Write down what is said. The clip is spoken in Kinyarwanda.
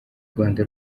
rwanda